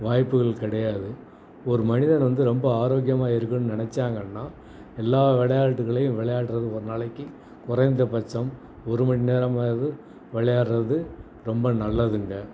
வாய்ப்புகள் கிடையாது ஒரு மனிதன் வந்து ரொம்ப ஆரோக்கியமாக இருக்குணுன்னு நினச்சாங்கன்னா எல்லா விளையாட்டுகளையும் விளையாட்றது ஒரு நாளைக்கு குறைந்தபட்சம் ஒரு மண்நேரமாவது விளையாட்றது ரொம்ப நல்லதுங்க